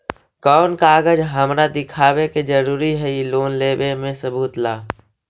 कौन कागज हमरा दिखावे के जरूरी हई लोन लेवे में सबूत ला?